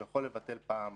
שהוא יכול לבטל פעם אחת.